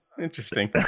interesting